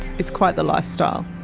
it's quite the lifestyle.